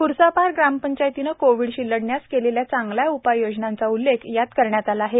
ख्र्सापार ग्रामपंचायतीने कोविडशी लढण्यास केलेल्या चांगल्या उपाययोजनांचा उल्लेख आहे